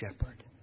shepherd